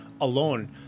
alone